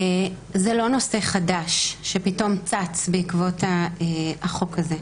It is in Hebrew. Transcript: זה לא נושא חדש שפתאום צץ בעקבות החוק הזה.